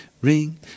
ring